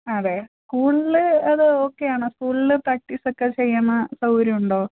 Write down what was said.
അതെ സ്കൂളില് അത് ഓക്കെയാണാ സ്കൂളില് പ്രാക്റ്റീസൊക്കെ ചെയ്യാന് സൗകര്യമുണ്ടോ